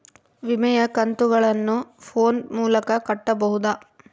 ವಿಮೆಯ ಕಂತುಗಳನ್ನ ಫೋನ್ ಮೂಲಕ ಕಟ್ಟಬಹುದಾ?